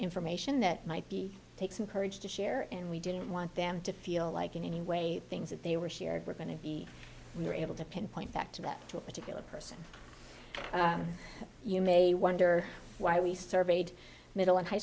information that might be take some courage to share and we didn't want them to feel like in any way things that they were shared we're going to be able to pinpoint back to that to a particular person you may wonder why we surveyed middle and high